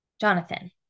Jonathan